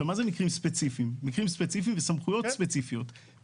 מקרים ספציפיים זה סמכויות ספציפיות,